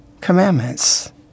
commandments